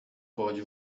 pode